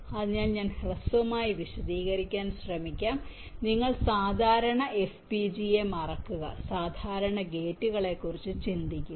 അതിനാൽ ഞാൻ ഹ്രസ്വമായി വിശദീകരിക്കാൻ ശ്രമിക്കാം നിങ്ങൾ സാധാരണ FPGA മറക്കുക സാധാരണ ഗേറ്റുകളെക്കുറിച്ച് ചിന്തിക്കുക